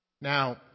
Now